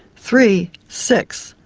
three, six,